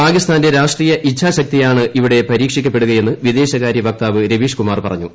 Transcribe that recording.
പാകിസ്ഥാന്റെ രാഷ്ട്രീയ ഇച്ഛാശക്തിയാണ് ഇവിടെ പരീക്ഷിക്കപ്പെടുകയെന്ന് വിദേശകാര്യവക്താവ് രവീഷ്കുമാർ പറഞ്ഞു